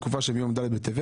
בתקופה שמיום ד' בטבת